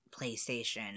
PlayStation